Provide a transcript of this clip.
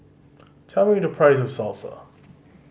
tell me the price of Salsa